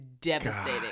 devastating